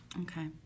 Okay